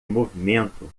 movimento